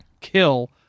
kill